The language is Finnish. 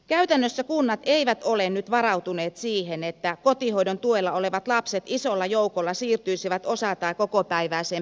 käytännössä kunnat eivät ole nyt varautuneet siihen että kotihoidon tuella olevat lapset isolla joukolla siirtyisivät osa tai kokopäiväiseen päivähoitoon